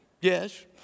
yes